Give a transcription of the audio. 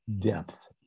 depth